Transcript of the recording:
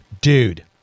dude